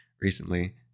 recently